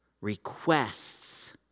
requests